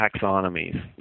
taxonomies